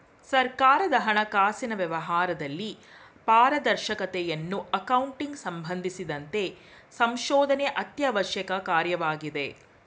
ಸರ್ಕಾರದ ಹಣಕಾಸಿನ ವ್ಯವಹಾರದಲ್ಲಿ ಪಾರದರ್ಶಕತೆಯನ್ನು ಅಕೌಂಟಿಂಗ್ ಸಂಬಂಧಿಸಿದಂತೆ ಸಂಶೋಧನೆ ಅತ್ಯವಶ್ಯಕ ಕಾರ್ಯವಾಗಿದೆ